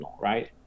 right